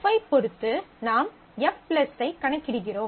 F ஐப் பொறுத்து நாம் F ஐ கணக்கிடுகிறோம்